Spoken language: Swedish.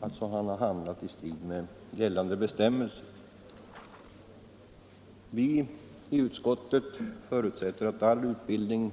Han har alltså handlat i strid mot gällande bestämmelser. Utskottet förutsätter att all utbildning